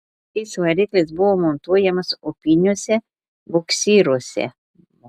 šis variklis buvo montuojamas upiniuose buksyruose